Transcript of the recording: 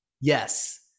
yes